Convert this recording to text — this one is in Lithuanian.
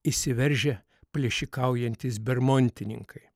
įsiveržę plėšikaujantys bermontininkai